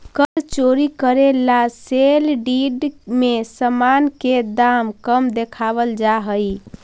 कर चोरी करे ला सेल डीड में सामान के दाम कम देखावल जा हई